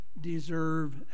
deserve